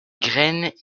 graines